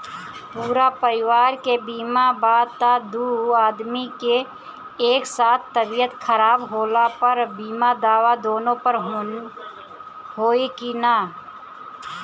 पूरा परिवार के बीमा बा त दु आदमी के एक साथ तबीयत खराब होला पर बीमा दावा दोनों पर होई की न?